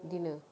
dinner